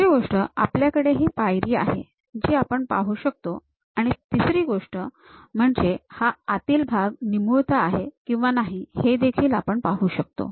दुसरी गोष्ट आपल्याकडे ही पायरी आहे जी आपण पाहू शकतो आणि तिसरी गोष्ट हा आतील भाग निमूळता आहे किंवा नाही हे देखील आपण पाहू शकतो